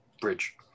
bridge